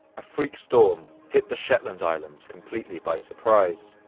a freak storm hit the shetland islands completely by surprise.